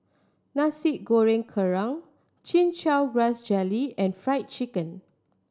Nasi Goreng Kerang Chin Chow Grass Jelly and Fried Chicken